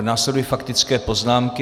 Následují faktické poznámky.